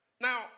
Now